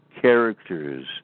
characters